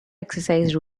exercise